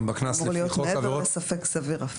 זה אמור להיות מעבר לספק סביר.